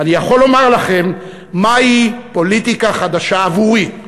אני יכול לומר לכם מהי פוליטיקה חדשה עבורי: